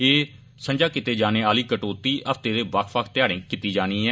एह सझां कीते जाने आहली कटौती हफ्ते दे बक्ख बक्ख ध्याड़े कीती जानी ऐ